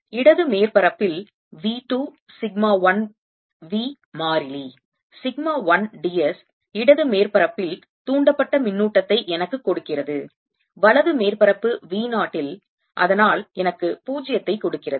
இடது மேற்பரப்பில் V 2 sigma 1 V மாறிலி சிக்மா 1 d s இடது மேற்பரப்பில் தூண்டப்பட்ட மின்னூட்டத்தை எனக்கு கொடுக்கிறது வலது மேற்பரப்பு V 0 ல் அதனால் எனக்கு 0 ஐ கொடுக்கிறது